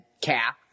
Cap